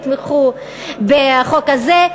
יתמכו בחוק הזה.